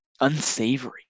unsavory